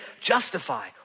justify